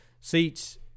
seats